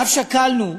אף שקלנו,